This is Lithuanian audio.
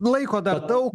laiko dar daug